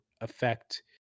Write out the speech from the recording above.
affect